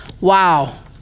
Wow